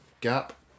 gap